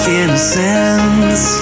innocence